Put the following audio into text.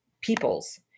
people's